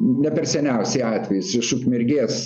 ne per seniausiai atvejis iš ukmergės